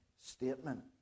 Statement